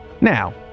Now